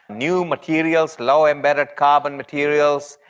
new materials, low embedded carbon materials,